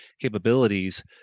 capabilities